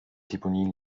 deponien